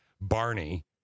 Barney